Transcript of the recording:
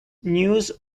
news